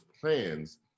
plans